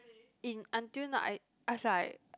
in until now I was like